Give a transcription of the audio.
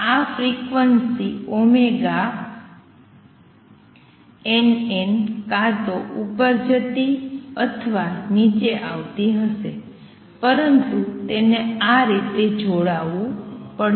આ frequency ωnn' કા તો ઉપર જતી અથવા નીચે આવતી હશે પરંતુ તેમને આ રીતે જોડાવું પડશે